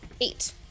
eight